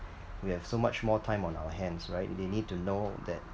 we have so much more time on our hands right they need to know that